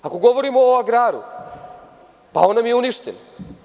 Ako govorimo o agraru, on nam je uništen.